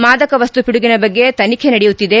ಮಾದಕ ವಸ್ತು ಪಿಡುಗಿನ ಬಗ್ಗೆ ತನಿಜೆ ನಡೆಯುತ್ತಿದೆ